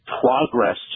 progress